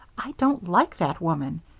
i don't like that woman.